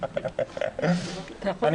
עלי,